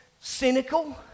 cynical